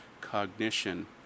cognition